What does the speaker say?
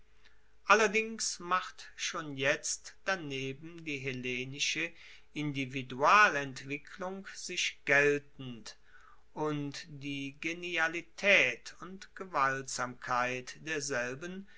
allerdings macht schon jetzt daneben die hellenische individualentwicklung sich geltend und die genialitaet und gewaltsamkeit derselben